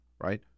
Right